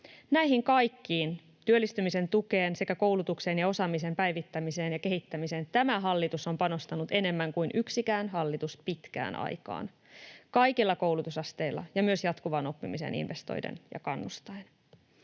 Näihin kaikkiin — työllistymisen tukeen sekä koulutukseen ja osaamisen päivittämiseen ja kehittämiseen — tämä hallitus on panostanut enemmän kuin yksikään hallitus pitkään aikaan, kaikilla koulutusasteilla ja myös jatkuvaan oppimiseen investoiden ja kannustaen.